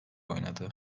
oynadı